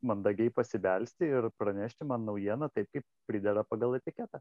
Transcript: mandagiai pasibelsti ir pranešti man naujieną taip kaip pridera pagal etiketą